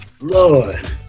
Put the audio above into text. Lord